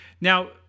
Now